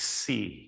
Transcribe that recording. see